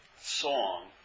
song